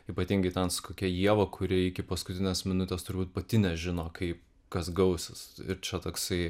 ypatingai ten su kokia ieva kuri iki paskutinės minutės turbūt pati nežino kaip kas gausis ir čia toksai